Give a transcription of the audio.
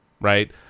Right